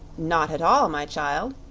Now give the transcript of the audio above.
not at all, my child.